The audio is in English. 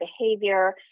behavior